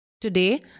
Today